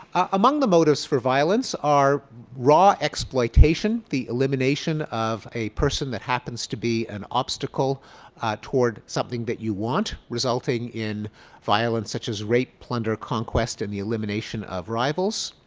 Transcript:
among the motives for violence are raw exploitation the elimination of a person that happens to be an obstacle toward something that you want, resulting in violence such as rape, plunder, conquest and the elimination of rivals.